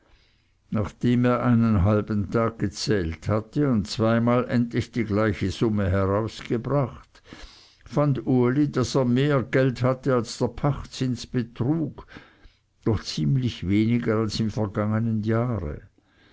nachdem er einen halben tag gezählt hatte und zweimal endlich die gleiche summe herausgebracht fand uli daß er mehr geld hatte als der pachtzins betrug doch ziemlich weniger als im vergangenen jahre